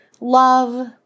love